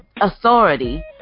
authority